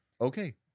okay